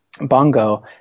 Bongo